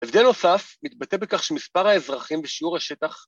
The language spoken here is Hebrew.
‫הבדל נוסף מתבטא בכך ‫שמספר האזרחים בשיעור השטח...